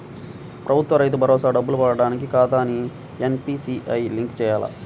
ప్రభుత్వ రైతు భరోసా డబ్బులు పడటానికి నా ఖాతాకి ఎన్.పీ.సి.ఐ లింక్ చేయాలా?